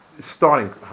starting